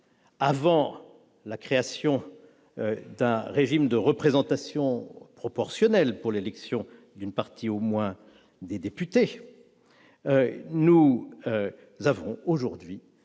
avant la création d'un régime de représentation proportionnelle pour l'élection d'une partie au moins des députés, nous examinons aujourd'hui